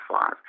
five